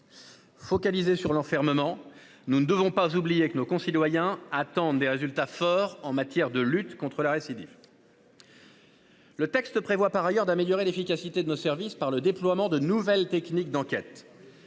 Focalisés sur l'enfermement, n'oublions pas que nos concitoyens attendent aussi des résultats en matière de lutte contre la récidive. Le texte prévoit également d'améliorer l'efficacité de nos services grâce au déploiement de nouvelles techniques d'enquête.